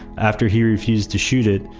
after he refused to shoot it,